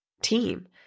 team